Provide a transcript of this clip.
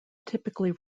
typically